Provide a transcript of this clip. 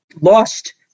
lost